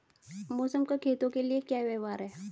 मौसम का खेतों के लिये क्या व्यवहार है?